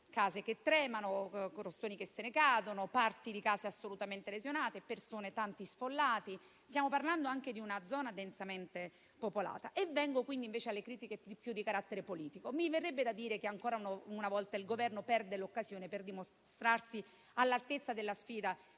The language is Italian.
case che tremano, costoni che cadono, parti di case lesionate, tanti sfollati. Stiamo parlando anche di una zona densamente popolata. Vengo ora alle critiche più di carattere politico: mi verrebbe da dire che ancora una volta il Governo perde l'occasione per dimostrarsi all'altezza della sfida